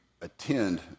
attend